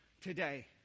today